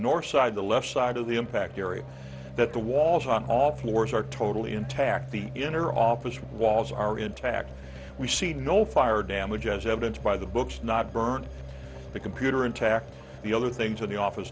north side the left side of the impact area that the walls on all fours are totally intact the inner office walls are intact we see no fire damage as evidenced by the books not burning the computer intact the other things on the office